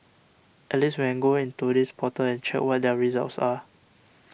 at least we can go in to this portal and check what their results are